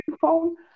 phone